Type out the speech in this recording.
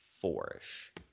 four-ish